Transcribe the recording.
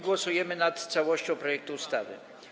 Głosujemy nad całością projektu ustawy.